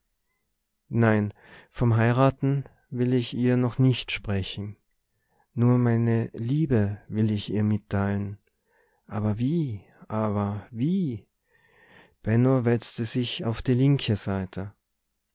nein vom heiraten will ich ihr noch nicht sprechen nur meine liebe will ich ihr mitteilen aber wie aber wie benno wälzte sich auf die linke seite